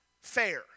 fair